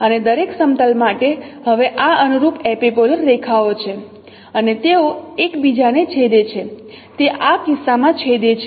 અને દરેક સમતલ માટે હવે આ અનુરૂપ એપિપોલર રેખાઓ છે અને તેઓ એક બીજાને છેદે છે તે આ કિસ્સામાં છેદે છે